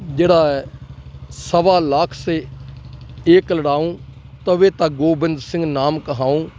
ਜਿਹੜਾ ਐ ਸਵਾ ਲਾਖ ਸੇ ਏਕ ਲੜਾਊਂ ਤਵੇ ਤਾਂ ਗੋਬਿੰਦ ਸਿੰਘ ਨਾਮ ਕਹਾਊਂ